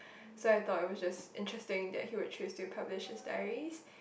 so I thought it was just interesting that he would choose to publish his diaries